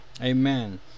Amen